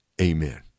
amen